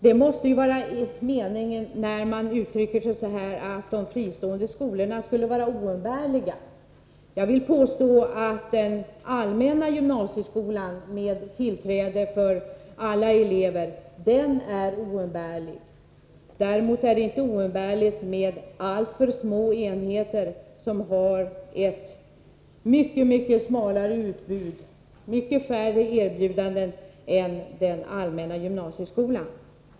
Det måste vara meningen, när de uttrycker sig i sådana ordalag som att de fristående skolorna skulle vara oumbärliga. Den allmänna gymnasieskolan med tillträde för alla elever är oumbärlig. Däremot är det inte oumbärligt med alltför små enheter som har ett mycket smalare utbud och färre erbjudanden än den allmänna gymnasieskolan.